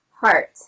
heart